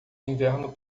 inverno